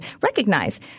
recognize